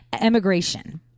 emigration